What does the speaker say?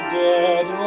dead